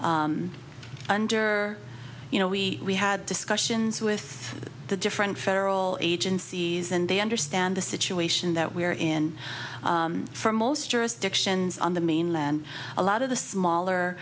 under you know we we had discussions with the different federal agencies and they understand the situation that we are in for most jurisdictions on the mainland a lot of the smaller